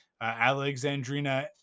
Alexandrina